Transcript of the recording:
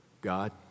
God